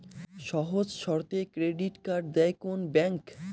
সহজ শর্তে credit card দেয় কোন ব্যাংক?